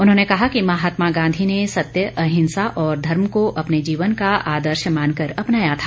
उन्होंने कहा कि महात्मा गांधी ने सत्य अहिंसा और धर्म को अपने जीवन का आदर्श मानकर अपनाया था